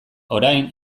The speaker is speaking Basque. orain